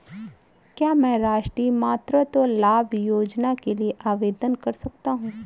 क्या मैं राष्ट्रीय मातृत्व लाभ योजना के लिए आवेदन कर सकता हूँ?